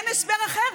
אין הסבר אחר,